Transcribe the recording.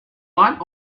what